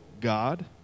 God